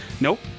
Nope